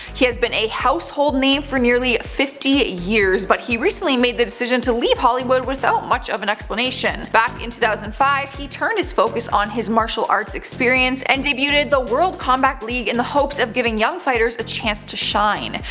he has been a household name for nearly fifty years, but he recently made the decision to leave hollywood without much of an explanation. back in two thousand and five, he turned his focus on his martial arts experience and debuted the world combat league in the hopes of giving young fighters a chance to shine.